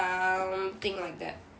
~omething like that